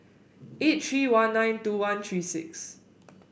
eight three one nine two one three six